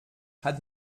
hat